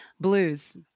Blues